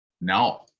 No